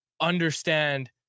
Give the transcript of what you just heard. understand